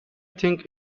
think